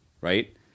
right